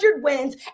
wins